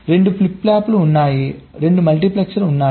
2 flip ఫ్లాప్లు ఉన్నాయి 2 మల్టీప్లెక్సర్లు ఉన్నాయి